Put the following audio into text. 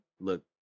look